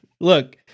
look